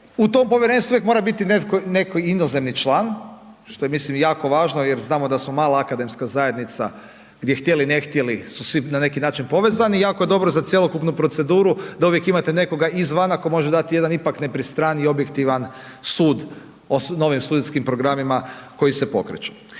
U tom povjerenstvu uvijek mora biti netko inozemni član što je mislim jako važno jer znamo da smo mala akademska zajednica gdje htjeli ne htjeli su svi na neki način povezani i jako dobro je za cjelokupnu proceduru da uvijek imate nekoga izvana tko može dati jedan ipak nepristraniji i objektivan sud o novim studentskim programima koji se pokreću.